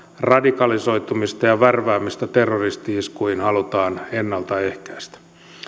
radikalisoitumista ja värväämistä terroristi iskuihin halutaan ennaltaehkäistä